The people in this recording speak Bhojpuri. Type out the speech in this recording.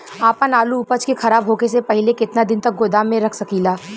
आपन आलू उपज के खराब होखे से पहिले केतन दिन तक गोदाम में रख सकिला?